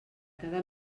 cada